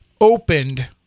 opened